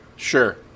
Sure